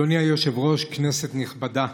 אדוני היושב-ראש, כנסת נכבדה,